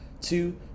two